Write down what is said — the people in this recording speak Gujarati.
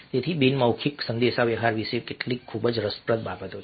તેથી આ બિન મૌખિક સંદેશાવ્યવહાર વિશે કેટલીક ખૂબ જ રસપ્રદ બાબતો છે